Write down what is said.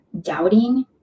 doubting